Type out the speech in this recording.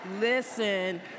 listen